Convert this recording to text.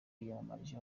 yiyamamarije